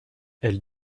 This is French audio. elle